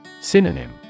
Synonym